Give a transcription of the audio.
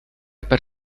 per